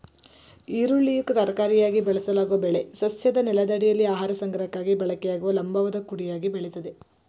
ಈರುಳ್ಳಿಯು ತರಕಾರಿಯಾಗಿ ಬಳಸಲಾಗೊ ಬೆಳೆ ಸಸ್ಯದ ನೆಲದಡಿಯಲ್ಲಿ ಆಹಾರ ಸಂಗ್ರಹಕ್ಕಾಗಿ ಬಳಕೆಯಾಗುವ ಲಂಬವಾದ ಕುಡಿಯಾಗಿ ಬೆಳಿತದೆ